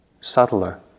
subtler